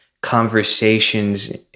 conversations